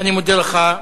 אני מודה לך,